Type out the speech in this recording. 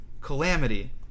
Calamity